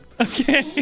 Okay